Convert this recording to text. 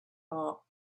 are